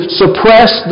suppress